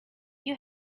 you